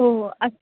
ओ अस्तु